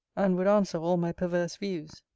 and would answer all my perverse views.